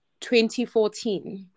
2014